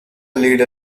leader